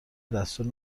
دستور